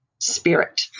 Spirit